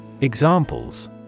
Examples